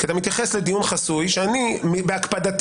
אתה מתייחס לדיון חסוי שאני בהקפדתי